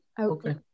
Okay